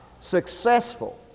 successful